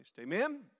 Amen